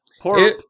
Poor